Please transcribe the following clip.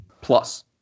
plus